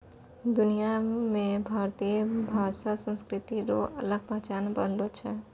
दुनिया मे भारतीय भाषा संस्कृति रो अलग पहचान बनलो छै